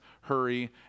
hurry